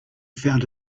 found